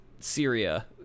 Syria